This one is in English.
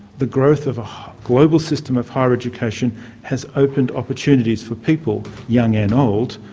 the growth of a global system of higher education has opened opportunities for people young and old,